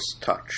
touch